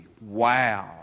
Wow